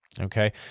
Okay